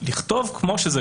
לכתוב כמו שזה,